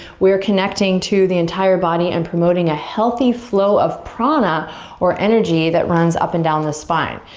we're connecting to the entire body and promoting a healthy flow of prana or energy that runs up and down the spine.